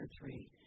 three